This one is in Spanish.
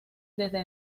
desde